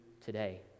today